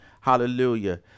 Hallelujah